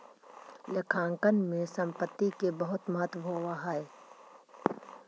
लेखांकन में संपत्ति के बहुत महत्व होवऽ हइ